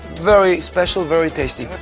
very special, very tasty.